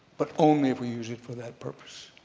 but only if we use it for that purpose.